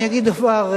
אני אגיד דבר,